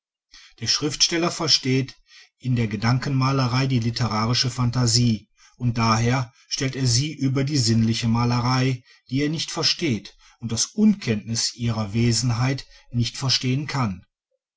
der schriftsteller versteht in der gedankenmalerei die literarische phantasie und daher stellt er sie über die sinnliche malerei die er nicht versteht und aus unkenntnis ihrer wesenheit nicht verstehen kann